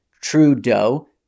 Trudeau